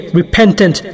repentant